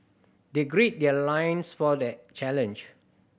they gird their loins for the challenge